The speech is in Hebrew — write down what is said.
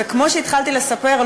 וכמו שהתחלתי לספר,